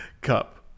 Cup